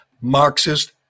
Marxist